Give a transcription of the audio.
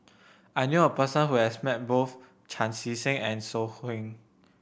I knew a person who has met both Chan Chee Seng and So Heng